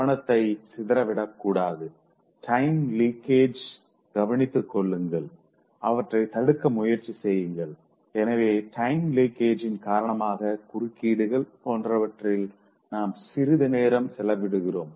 கவனத்தை சிதற விடக்கூடாது டைம் லீக்கேஜை கவனித்துக் கொள்ளுங்கள் அவற்றைத் தடுக்க முயற்சி செய்யுங்கள் எனவே டைம் லிகேஜின் காரணமாக குறுக்கீடுகள் போன்றவற்றில் நாம் சிறிது நேரம் செலவிடுகிறோம்